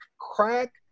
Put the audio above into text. crack